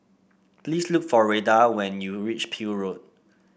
please look for Retha when you reach Peel Road